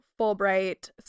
Fulbright